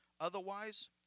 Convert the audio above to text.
Otherwise